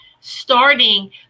starting